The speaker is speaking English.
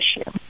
issue